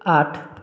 आठ